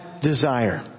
desire